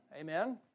amen